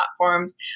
platforms